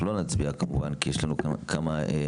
אנחנו לא נצביע, כמובן, כי יש לנו כמה תיקונים.